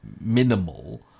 minimal